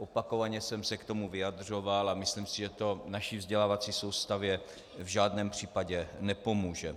Opakovaně jsem se k tomu vyjadřoval a myslím, že to naší vzdělávací soustavě v žádném případě nepomůže.